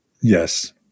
Yes